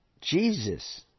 Jesus